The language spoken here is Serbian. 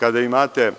Kada imate